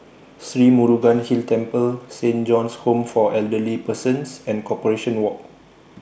Sri Murugan Hill Temple Saint John's Home For Elderly Persons and Corporation Walk